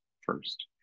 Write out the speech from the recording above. first